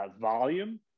volume